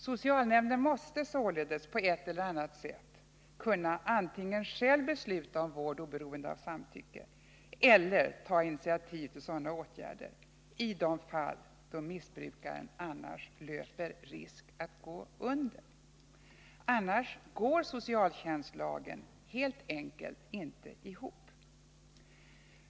Socialnämnden måste således på ett eller annat sätt kunna antingen själv besluta om vård oberoende av samtycke eller ta initiativ till sådana åtgärder i de fall då missbrukaren annars löper risk att gå under. Annars går socialtjänstlagen helt enkelt inte ihop.